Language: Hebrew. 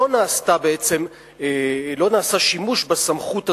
לא נעשה שימוש בסמכות הזאת,